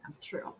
True